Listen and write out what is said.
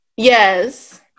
yes